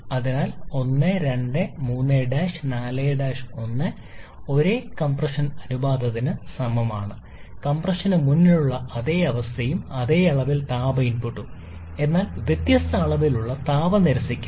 അതിനാൽ 1 2 3' 4' 1 ഒരേ കംപ്രഷൻ അനുപാതത്തിന് സമാനമാണ് കംപ്രഷന് മുമ്പുള്ള അതേ അവസ്ഥയും അതേ അളവിൽ താപ ഇൻപുട്ടും എന്നാൽ വ്യത്യസ്ത അളവിലുള്ള താപ നിരസിക്കൽ